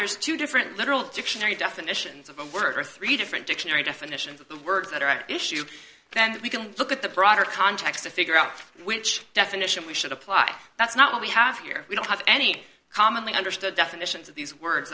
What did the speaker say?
there's two different literal dictionary definitions of the word or three different dictionary definitions of the words that are at issue then we can look at the broader context to figure out which definition we should apply that's not what we have here we don't have any commonly understood definitions of these words